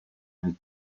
nel